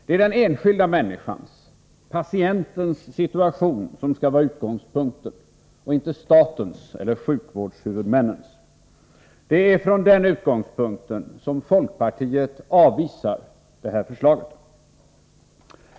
Det är den enskilda människans, patientens situation som skall vara utgångspunkten och inte statens eller sjukvårdshuvudmännens. Det är också från den utgångspunkten som folkpartiet avvisar det nu aktuella förslaget.